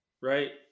right